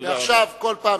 תודה רבה.